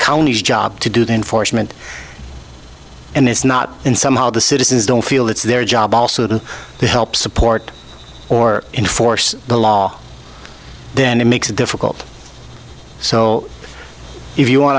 county's job to do the enforcement and it's not in somehow the citizens don't feel it's their job also the help support or enforce the law then it makes it difficult so if you want